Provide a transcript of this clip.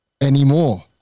Anymore